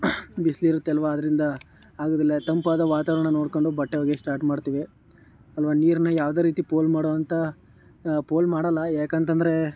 ಬಿಸಿಲಿರುತ್ತೆ ಅಲ್ಲವಾ ಅದರಿಂದ ಆಗೋದಿಲ್ಲ ತಂಪಾದ ವಾತಾವರಣ ನೋಡಿಕೊಂಡು ಬಟ್ಟೆ ಒಗೆಯಕ್ಕೆ ಸ್ಟಾರ್ಟ್ ಮಾಡ್ತೀವಿ ಅಲ್ಲವಾ ನೀರನ್ನು ಯಾವುದೇ ರೀತಿ ಪೋಲು ಮಾಡುವಂಥ ಪೋಲು ಮಾಡಲ್ಲ ಯಾಕಂತಂದರೆ